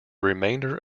remainder